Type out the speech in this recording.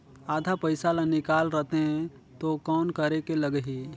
आधा पइसा ला निकाल रतें तो कौन करेके लगही?